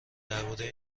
درباره